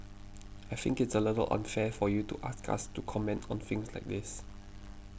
I think it's a little unfair for you to ask us to comment on things like this